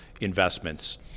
investments